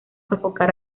sofocar